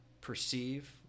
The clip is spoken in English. perceive